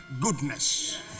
goodness